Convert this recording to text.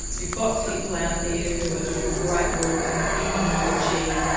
you've got people out there who are doing great work in immunology,